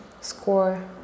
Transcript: score